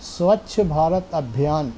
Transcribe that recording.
سوچھ Bharat ابھیان